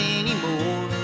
anymore